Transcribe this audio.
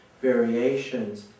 variations